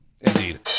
Indeed